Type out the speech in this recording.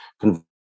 convert